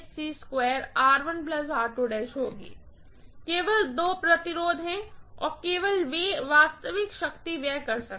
केवल दो रेजिस्टेंस हैं और केवल वे वास्तविक शक्ति व्यय कर सकते हैं